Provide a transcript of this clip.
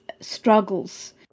struggles